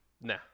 Nah